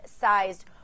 sized